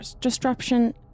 disruption